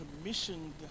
commissioned